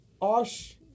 Osh